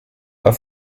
are